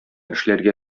эшләргә